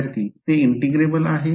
विद्यार्थी ते इंटिग्रेबल आहे